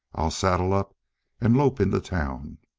i'll saddle up and lope into town.